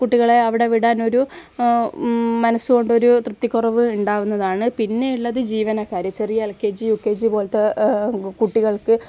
കുട്ടികളെ അവിടെ വിടാൻ ഒരു മനസ്സു കൊണ്ട് ഒരു തൃപ്തിക്കുറവ് ഉണ്ടാവുന്നതാണ് പിന്നെ ഉള്ളത് ജീവനക്കാർ ചെറിയ L K G U K G പോലത്തെ കുട്ടികൾക്ക്